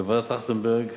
בוועדת-טרכטנברג